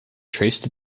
traced